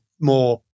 more